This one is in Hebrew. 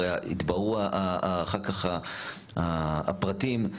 התבררו אחר כך הפרטים.